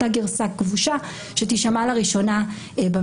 אותה גרסה כבושה שתישמע במשפט.